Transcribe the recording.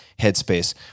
Headspace